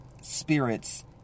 spirits